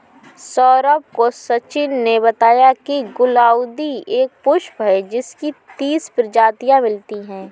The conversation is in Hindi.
सौरभ को सचिन ने बताया की गुलदाउदी एक पुष्प है जिसकी तीस प्रजातियां मिलती है